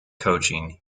coaching